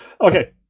okay